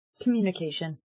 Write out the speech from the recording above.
Communication